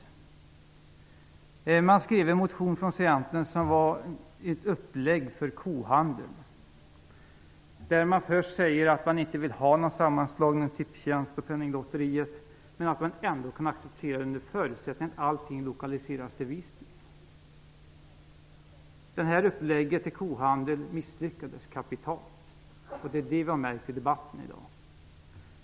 Centern har ju skrivit en motion som blev ett upplägg för kohandel. Först säger man att man inte vill ha en sammanslagning av Tipstjänst och Penninglotteriet, men man kan acceptera en sammanslagning under förutsättning att allting lokaliseras till Visby. Detta upplägg till kohandel misslyckades kapitalt. Det har vi märkt i dagens debatt.